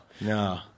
no